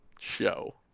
Show